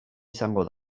izango